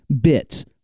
bits